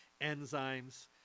enzymes